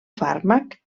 fàrmac